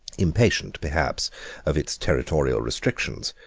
impatient perhaps of its terrestrial restrictions,